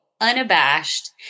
unabashed